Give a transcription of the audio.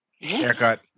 haircut